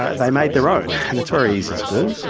ah they made their own. and it's very easy to do.